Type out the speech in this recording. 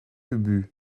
ubu